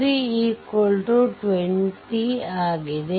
v3 20 ಆಗಿದೆ